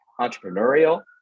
entrepreneurial